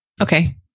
Okay